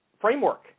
framework